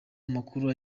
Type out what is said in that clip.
amakuru